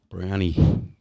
brownie